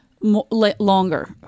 longer